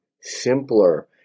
simpler